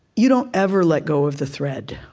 you don't ever let go of the thread.